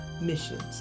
missions